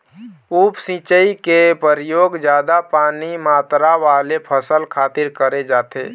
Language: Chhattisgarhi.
उप सिंचई के परयोग जादा पानी मातरा वाले फसल खातिर करे जाथे